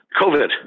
COVID